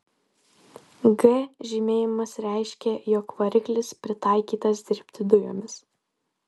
g žymėjimas reiškė jog variklis pritaikytas dirbti dujomis